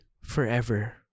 forever